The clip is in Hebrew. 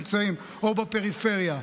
נמצאים או בפריפריה,